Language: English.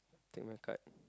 take my card